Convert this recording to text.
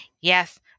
Yes